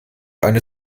eine